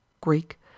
Greek